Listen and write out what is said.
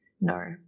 No